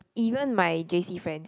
even my j_c friends